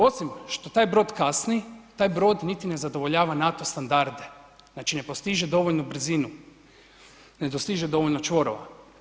Osim što taj brod kasni taj brod niti ne zadovoljava NATO standarde, znači ne postiže dovoljnu brzinu, ne dostiže dovoljno čvorova.